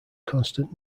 constant